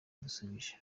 yadusubije